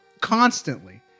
Constantly